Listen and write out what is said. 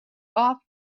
off